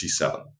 C7